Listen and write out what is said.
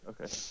okay